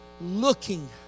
looking